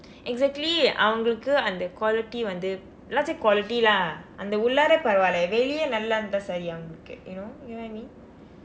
exactly அவங்களுக்கு அந்த:avangkalukku andtha quality வந்து:vandthu not say quality lah அந்த உள்ளார பரவால்ல வெளியே நல்லா இருந்த சரி அவங்களுக்கு:andtha ullara paravaalla veliyee nallaa irundthaa sari avangkalukku you know get what I mean